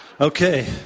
Okay